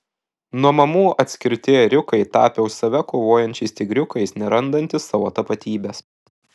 nuo mamų atskirti ėriukai tapę už save kovojančiais tigriukais nerandantys savo tapatybės